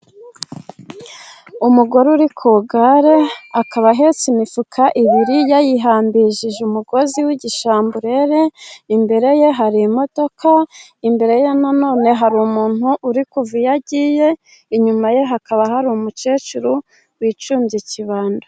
Umugore uri ku igare akaba ahetse imifuka ibiri yayihambirishije umugozi w'igishamburere imbere ye hari imodoka imbere ye nanone hari umuntu uri kuva iyo agiye inyuma ye hakaba hari umukecuru wicumbye ikibando.